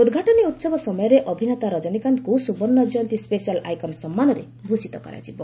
ଉଦ୍ଘାଟନୀ ଉହବ ସମୟରେ ଅଭିନେତା ରଜନୀକାନ୍ତଙ୍କୁ ସୁବର୍ଷ୍ଣ ଜୟନ୍ତୀ ସ୍ୱେଶାଲ୍ ଆଇକନ୍ ସମ୍ମାନରେ ଭୂଷିତ କରାଯିବ